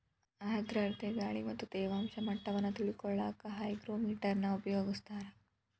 ಆರ್ಧ್ರತೆ ಗಾಳಿ ಮತ್ತ ತೇವಾಂಶ ಮಟ್ಟವನ್ನ ತಿಳಿಕೊಳ್ಳಕ್ಕ ಹೈಗ್ರೋಮೇಟರ್ ನ ಉಪಯೋಗಿಸ್ತಾರ